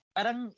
Parang